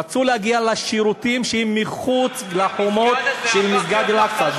רצו להגיע לשירותים שהם מחוץ לחומות של מסגד אל-אקצא,